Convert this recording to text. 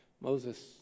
Moses